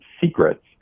secrets